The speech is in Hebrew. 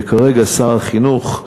וכרגע שר החינוך,